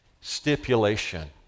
stipulation